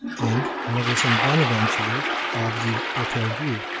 and mother saint bonaventure of the hotel-dieu.